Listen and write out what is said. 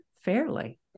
fairly